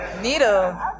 Needle